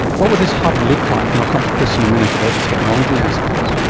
what will this hub look like? and i'll come to chris in a minute about the technology aspects.